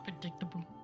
predictable